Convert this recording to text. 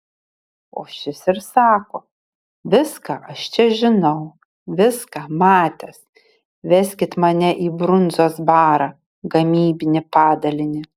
o šis ir sako viską aš čia žinau viską matęs veskit mane į brundzos barą gamybinį padalinį